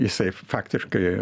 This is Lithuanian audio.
jisai faktiškai